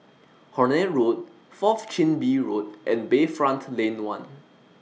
Horne Road Fourth Chin Bee Road and Bayfront Lane one